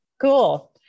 cool